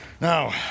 Now